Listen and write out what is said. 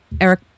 Eric